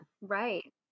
Right